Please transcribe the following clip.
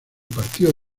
partido